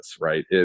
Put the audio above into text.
right